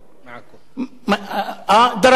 (אומר דברים בשפה הערבית,